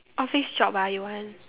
office job ah you want